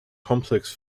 complex